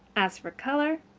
as for color,